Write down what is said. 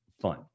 fun